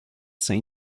saint